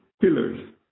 pillars